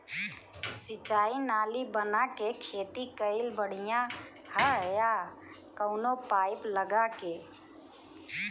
सिंचाई नाली बना के खेती कईल बढ़िया ह या कवनो पाइप लगा के?